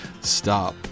stop